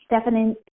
Stephanie